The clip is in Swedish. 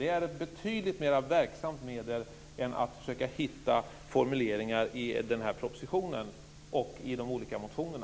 Det är ett betydligt mer verksamt medel än att försöka hitta formuleringar i propositionen och i de olika motionerna.